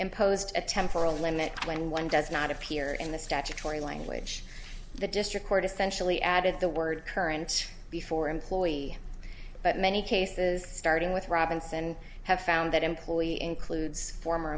imposed a temporal limit when one does not appear in the statutory language the district court essentially added the word current before employee but many cases starting with robinson have found that employee includes former